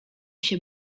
się